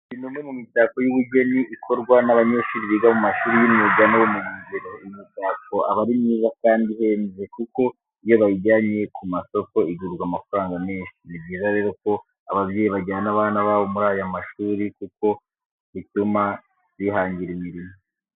Uyu ni umwe mu mitako y'ubugeni ikorwa n'abanyeshuri biga mu mashuri y'imyuga n'ubumenyungiro. Iyi mitako aba ari myiza kandi ihenze kuko iyo bayijyanye ku masoko igurwa amafaranga menshi. Ni byiza rero ko ababyeyi bajyana abana babo muri aya mashuri kuko butuma bihangira imirimo.